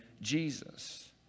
Jesus